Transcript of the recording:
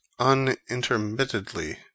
unintermittedly